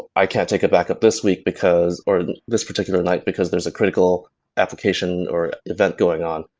i can't take a backup this week because or this particular night because there's a critical application or event going on.